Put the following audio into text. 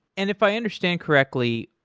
and if i understand correctly,